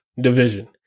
division